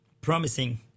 promising